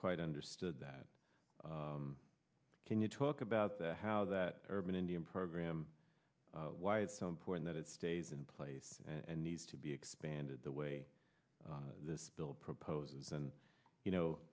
quite understood that can you talk about the how that urban indian program why it's so important that it stays in place and needs to be expanded the way this bill proposes and you know